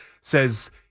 says